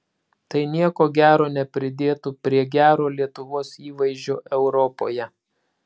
tai nieko gero nepridėtų prie gero lietuvos įvaizdžio europoje